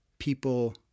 people